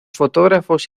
fotógrafos